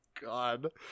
God